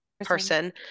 person